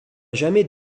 jamais